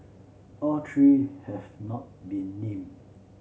all three have not been named